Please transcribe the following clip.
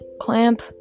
clamp